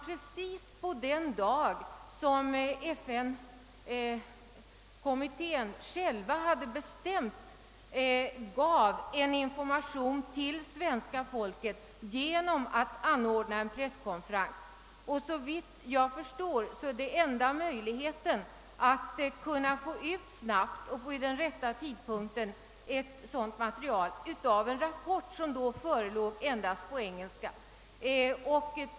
Precis på den dag som FN-kommittén hade bestämt lämnades information till svenska folket genom en presskonferens. Såvitt jag förstår är det enda möjligheten att snabbt och vid rätt tidpunkt få ut ett sådant material som en rapport, som då endast förelåg på engelska.